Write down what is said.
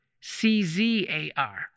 C-Z-A-R